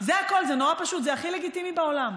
זה הכול, זה נורא פשוט, זה הכי לגיטימי בעולם.